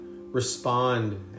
respond